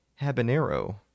habanero